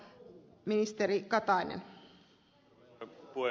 rouva puhemies